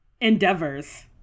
endeavors